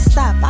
Stop